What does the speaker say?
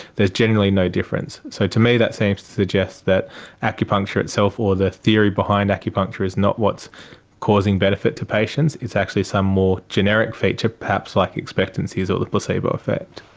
there is generally no difference. so to me that seems to suggest that acupuncture itself or the theory behind acupuncture is not what is causing benefit to patients, it's actually some more generic feature, perhaps like expectancies or the placebo effect.